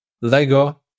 Lego